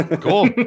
Cool